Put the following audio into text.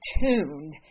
tuned